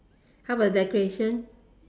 how about decoration